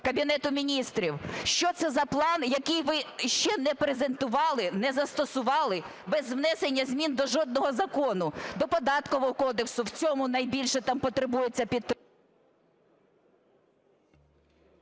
Кабінету Міністрів. Що це за план, який ви ще не презентували, не застосували без внесення змін до жодного закону, до Податкового кодексу, в цьому найбільше там потребується…